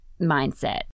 mindset